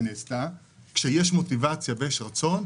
כשיש מוטיבציה ויש רצון,